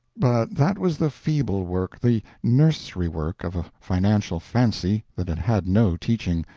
but that was the feeble work, the nursery work, of a financial fancy that had had no teaching,